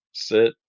Sit